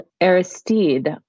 Aristide